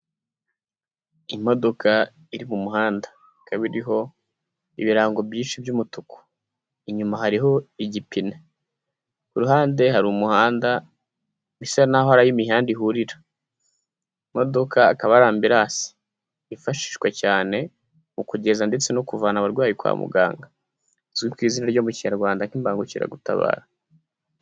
Imodoka iri mu muhanda, ikaba iriho ibirango byinshi by'umutuku, inyuma hariho igipine, ku ruhande hari umuhanda bisa naho ari aho imihanda ihurira, imodoka akaba ari ambilanse, yifashishwa cyane mu kugeza ndetse no kuvana abarwayi kwa muganga, izwi ku izina ryo mu Kinyarwanda nk'Imbangukiragutabara.